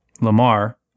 Lamar